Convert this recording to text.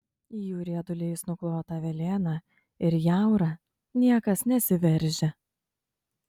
į jų rieduliais nuklotą velėną ir jaurą niekas nesiveržia